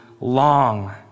long